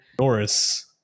norris